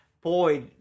Boy